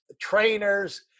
trainers